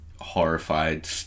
horrified